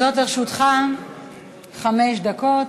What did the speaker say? עומדות לרשותך חמש דקות.